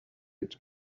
each